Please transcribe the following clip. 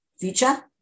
future